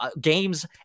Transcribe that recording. games